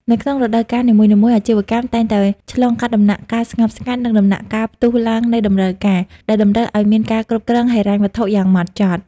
នៅក្នុងរដូវកាលនីមួយៗ អាជីវកម្មតែងតែឆ្លងកាត់ដំណាក់កាល "ស្ងប់ស្ងាត់" និងដំណាក់កាល "ផ្ទុះឡើងនៃតម្រូវការ" ដែលតម្រូវឱ្យមានការគ្រប់គ្រងហិរញ្ញវត្ថុយ៉ាងហ្មត់ចត់។